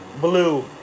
Blue